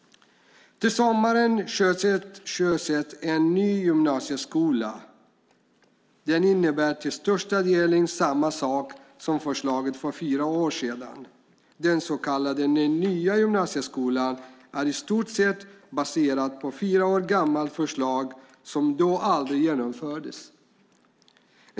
Till sommaren sjösätts en ny gymnasieskola. Den innebär till största delen samma sak som förslaget för fyra år sedan. Den så kallade nya gymnasieskolan är i stort sett baserad på ett fyra år gammalt förslag som då aldrig genomfördes.